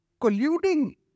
colluding